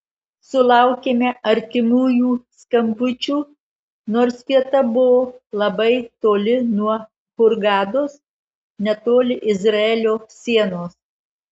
sulaukėme artimųjų skambučių nors vieta buvo labai toli nuo hurgados netoli izraelio sienos